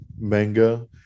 manga